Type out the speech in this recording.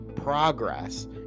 Progress